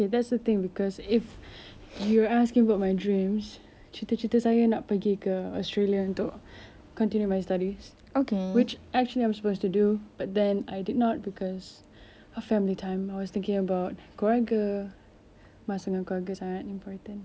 okay that's the thing cause if you asking about my dreams cita-cita saya nak pergi ke australia untuk continue my studies which actually I was supposed to do but then I did not cause family time I was thinking about keluarga masa dengan keluarga sangat important